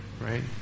right